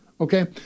okay